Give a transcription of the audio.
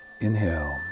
inhale